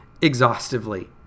exhaustively